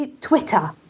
Twitter